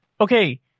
okay